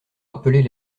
appeler